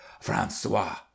francois